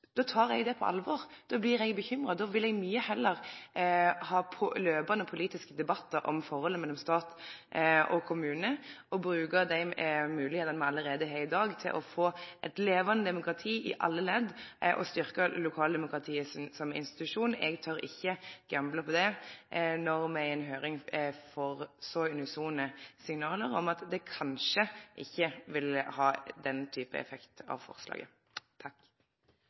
då tar eg det på alvor. Då blir eg bekymra. Då vil eg mykje heller ha løpande politiske debattar om forholdet mellom stat og kommune og bruke dei moglegheitene me allereie har i dag, til å få eit levande demokrati i alle ledd og styrkje lokaldemokratiet som institusjon. Eg tør ikkje gamble på det når me i ei høyring får så unisone signal om at forslaget kanskje ikkje vil ha den type effekt.